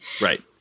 right